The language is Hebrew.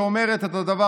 אתה,